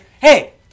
Hey